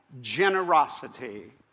generosity